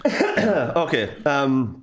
Okay